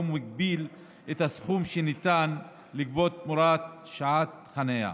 מגביל את הסכום שניתן לגבות תמורת שעת חנייה.